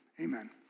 Amen